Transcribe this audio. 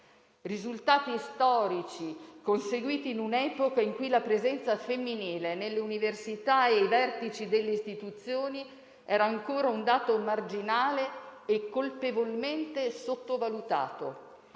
risultati storici, questi, conseguiti in un'epoca in cui la presenza femminile nelle università e ai vertici delle istituzioni era ancora un dato marginale e colpevolmente sottovalutato.